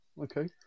Okay